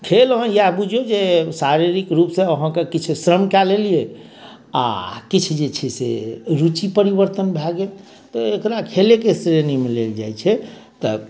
खेल हँ इएह बुझिऔ जे शारीरिक रूप से अहाँकेँ किछु श्रम कै लेलियै आ किछु जे छै से रुचि परिवर्तन भै गेल तऽ एकरा खेलेके श्रेणीमे लेल जाइत छै तऽ